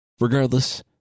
Regardless